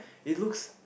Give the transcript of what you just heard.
it looks